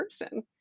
person